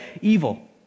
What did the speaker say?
evil